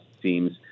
seems